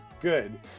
good